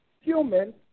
humans